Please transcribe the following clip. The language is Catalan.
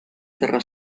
terra